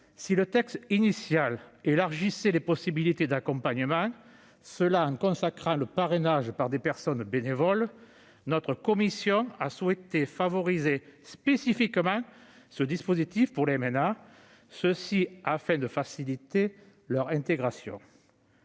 Si le texte initial étendait les possibilités d'accompagnement en consacrant le parrainage par des personnes bénévoles, notre commission a souhaité favoriser spécifiquement ce dispositif pour les MNA, afin de faciliter leur intégration.